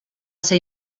ser